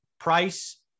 price